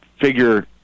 figure